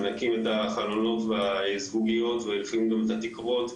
מנקים את החלונות והזגוגיות ולפעמים גם את התקרות,